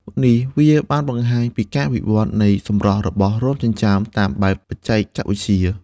នេះវាបានបង្ហាញពីការវិវឌ្ឍន៍នៃសម្រស់របស់រោមចិញ្ចើមតាមបែបបច្ចេកវិទ្យា។